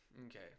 okay